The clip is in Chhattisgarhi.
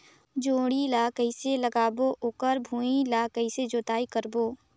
जोणी ला कइसे लगाबो ओकर भुईं ला कइसे जोताई करबो?